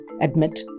admit